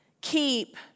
keep